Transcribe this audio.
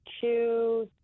two